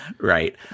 Right